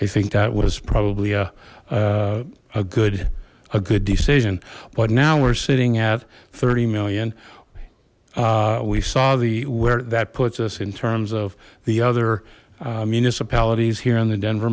i think that was probably a good a good decision but now we're sitting at thirty million we saw the where that puts us in terms of the other municipalities here in the denver